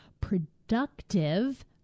productive